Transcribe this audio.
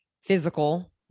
physical